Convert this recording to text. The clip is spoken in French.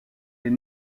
est